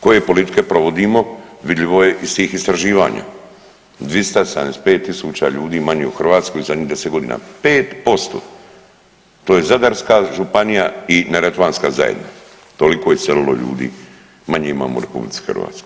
Koje politike provodimo, vidljivo je iz tih istraživanja, 275.000 ljudi manje u Hrvatskoj u zadnjih 10 godina 5%, to je Zadarska županija i neretvanska zajedno toliko je iselilo ljudi manje imamo u RH.